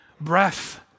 Breath